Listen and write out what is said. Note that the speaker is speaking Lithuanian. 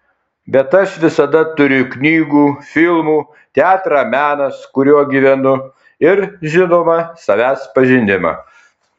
bet aš visada turiu knygų filmų teatrą menas kuriuo gyvenu ir žinoma savęs pažinimą